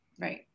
Right